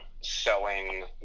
selling